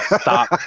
stop